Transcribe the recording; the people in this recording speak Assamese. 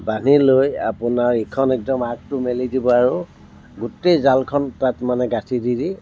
বান্ধি লৈ আপোনাৰ ইখন একদম আগটো মেলি দিব আৰু গোটেই জালখন তাত মানে গাঁঠি দি দি